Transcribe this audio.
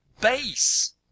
base